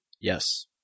Yes